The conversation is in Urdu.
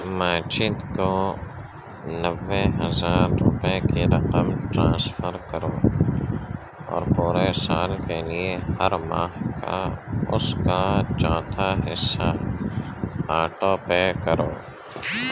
ماجد کو نوے ہزار روپے کی رقم ٹرانسفر کرو اور پورے سال کے لیے ہر ماہ کا اس کا چوتھا حصہ آٹو پے کرو